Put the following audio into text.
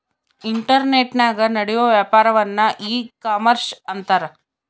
ಇಂಟರ್ನೆಟನಾಗ ನಡಿಯೋ ವ್ಯಾಪಾರನ್ನ ಈ ಕಾಮರ್ಷ ಅಂತಾರ